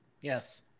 Yes